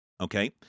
okay